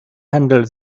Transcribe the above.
handle